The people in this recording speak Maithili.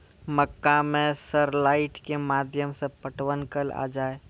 मक्का मैं सर लाइट के माध्यम से पटवन कल आ जाए?